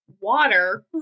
water